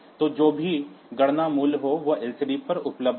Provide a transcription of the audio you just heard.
तो जो भी गणना मूल्य हो वह एलसीडी पर उपलब्ध है